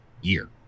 year